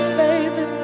baby